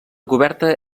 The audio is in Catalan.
coberta